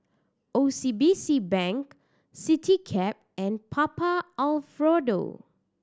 O C B C Bank Citycab and Papa Alfredo